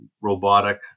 robotic